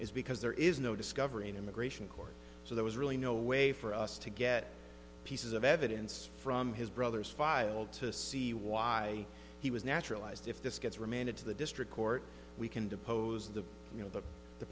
is because there is no discovery in immigration court so there was really no way for us to get pieces of evidence from his brother's file to see why he was naturalized if this gets remanded to the district court we can depose the you know the the